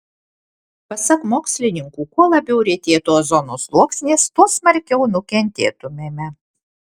pasak mokslininkų kuo labiau retėtų ozono sluoksnis tuo smarkiau nukentėtumėme